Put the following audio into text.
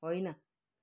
होइन